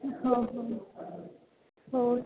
हो हो हो